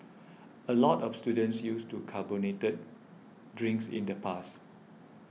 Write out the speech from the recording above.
a lot of students used to carbonated drinks in the past